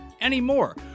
anymore